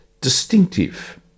distinctive